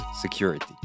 security